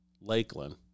Lakeland